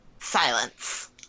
Silence